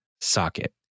socket